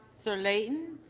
so layton.